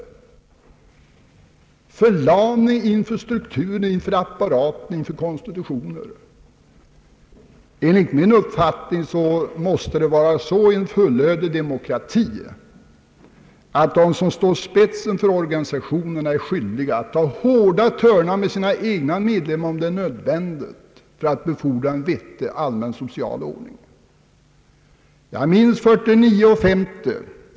Vi känner förlamning inför strukturen, inför apparaten, inför konstruktionen. Enligt min uppfattning måste det i en fullödig demokrati vara så att de som står i spetsen för organisationerna är skyldiga att ta hårda törnar med sina egna medlemmar, om det är nödvändigt för att befordra en vettig, allmänt social ordning. Jag minns 1949 och 1950.